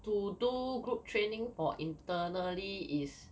to do group training for internally is